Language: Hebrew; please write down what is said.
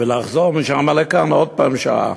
ולחזור משם לקח עוד פעם שעה,